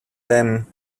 them